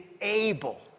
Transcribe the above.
able